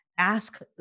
ask